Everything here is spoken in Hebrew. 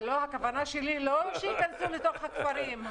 הכוונה שלי היא לא שייכנסו לתוך הכפרים.